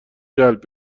جلب